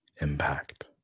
impact